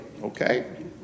Okay